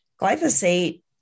Glyphosate